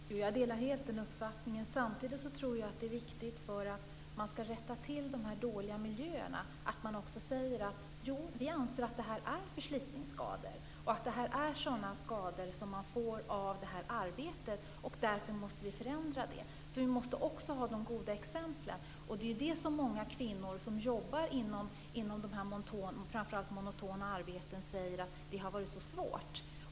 Fru talman! Jag delar helt den uppfattningen. Samtidigt tror jag att det är viktigt för att man skall rätta till de här dåliga miljöerna att man också säger: Jo, vi anser att det här är förslitningsskador och att det är sådana skador som man får av det här arbetet, och därför måste vi förändra det. Vi måste alltså också ha de goda exemplen, och det är det som många kvinnor som jobbar inom framför allt monotona arbeten säger har varit så svårt.